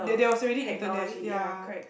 there there was already internet ya